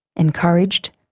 encouraged,